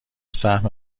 سهم